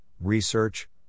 research